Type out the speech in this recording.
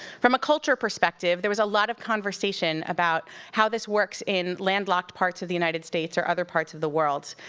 from a culture perspective, there was a lot of conversation about how this works in landlocked parts of the united states, or other parts of the world.